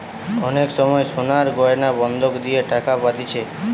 অনেক সময় সোনার গয়না বন্ধক দিয়ে টাকা পাতিছে